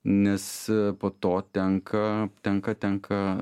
nes po to tenka tenka tenka